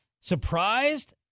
Surprised